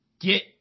get